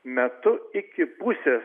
metu iki pusės